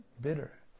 bitter